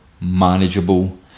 manageable